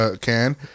can-